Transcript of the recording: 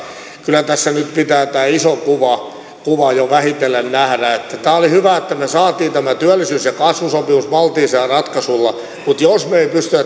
kyllä tässä nyt pitää tämä iso kuva jo vähitellen nähdä tämä oli hyvä että me saimme tämän työllisyys ja kasvusopimuksen maltillisella ratkaisulla mutta jos me emme pysty